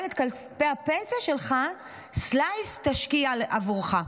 אבל את כספי הפנסיה שלך Slice תשקיע עבורך.